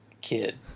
kid